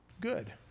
Good